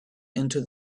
into